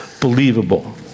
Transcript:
believable